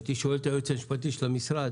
כשהייתי שואל את היועץ המשפטי של המשרד